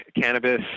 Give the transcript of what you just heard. cannabis